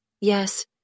Yes